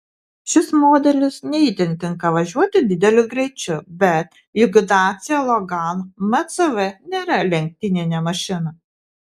šis modelis ne itin tinka važiuoti dideliu greičiu bet juk dacia logan mcv nėra lenktyninė mašina